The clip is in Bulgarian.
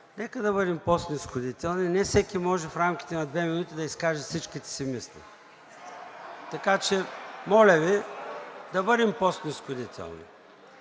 нека да бъдем по-снизходителни. Не всеки може в рамките на две минути да изкаже всичките си мисли. (Шум и реплики.) Така че, моля Ви да бъдем по-снизходителни!